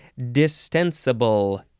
Distensible